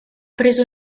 preso